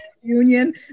union